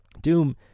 Doom